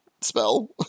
spell